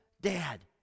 dad